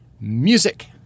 Music